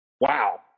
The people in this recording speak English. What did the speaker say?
Wow